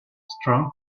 strong